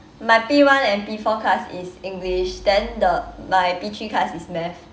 my P one and P four class is english then the my P three class is math